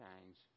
change